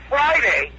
Friday